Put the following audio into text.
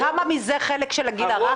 כמה מזה חלק של הגיל הרך?